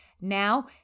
now